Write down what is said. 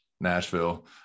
Nashville